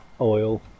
oil